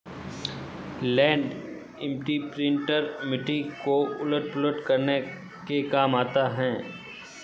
land imprinter मिट्टी को उलट पुलट करने के काम आता है